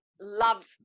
love